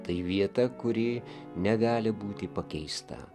tai vieta kuri negali būti pakeista